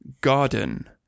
Garden